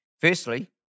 Firstly